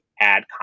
add